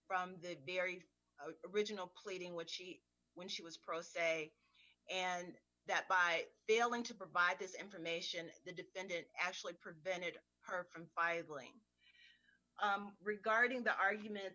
from the very original pleading which she when she was pro se and that by failing to provide this information the defendant actually prevented her from either lying regarding the argument